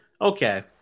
Okay